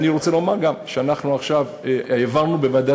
אני רוצה לומר גם שאנחנו העברנו השבוע בוועדת